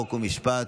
אם אפשר לבדוק,